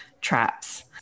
traps